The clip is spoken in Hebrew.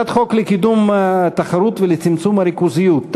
הצעת חוק לקידום התחרות ולצמצום הריכוזיות,